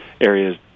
areas